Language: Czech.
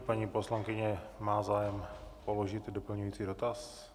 Paní poslankyně má zájem položit doplňující dotaz?